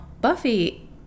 Buffy